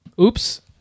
Oops